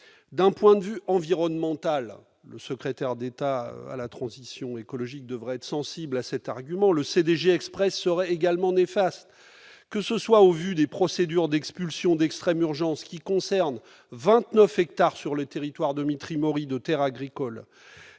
D'un point de vue environnemental- le secrétaire d'État à la transition écologique devrait être sensible à cet argument -, le CDG Express serait également néfaste. Cela est clair au vu des procédures d'expulsion d'extrême urgence qui concernent 29 hectares de terres agricoles